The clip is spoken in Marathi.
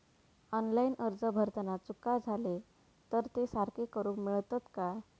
ऑनलाइन अर्ज भरताना चुका जाले तर ते सारके करुक मेळतत काय?